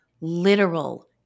literal